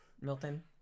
Milton